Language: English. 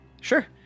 Sure